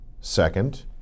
Second